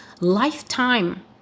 lifetime